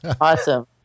Awesome